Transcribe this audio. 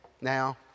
now